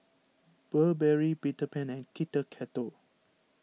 Burberry Peter Pan and Kit Kat